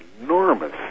enormous